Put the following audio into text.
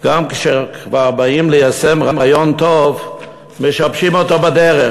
גם כשכבר באים ליישם רעיון טוב משבשים אותו בדרך,